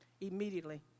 immediately